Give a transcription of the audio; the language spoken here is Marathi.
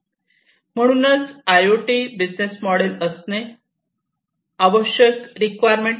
म्हणूनच I O T business model असणे आवश्यक रिक्वायरमेंट आहे